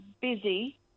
busy